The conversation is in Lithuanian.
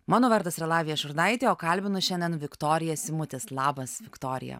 mano vardas yra lavija šurnaitė o kalbinu šiandien viktoriją simutis labas viktorija